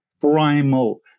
primal